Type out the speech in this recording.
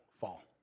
fall